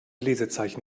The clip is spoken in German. lesezeichen